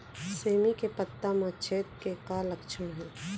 सेमी के पत्ता म छेद के का लक्षण हे?